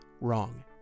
wrong